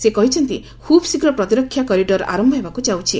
ସେ କହିଛନ୍ତି ଖୁବ୍ ଶୀଘ୍ର ପ୍ରତିରକ୍ଷା କରିଡର୍ ଆରମ୍ଭ ହେବାକୁ ଯାଉଛି